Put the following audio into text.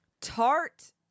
Tart